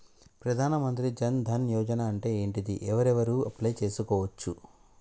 ప్రధాన మంత్రి జన్ ధన్ యోజన అంటే ఏంటిది? ఎవరెవరు అప్లయ్ చేస్కోవచ్చు?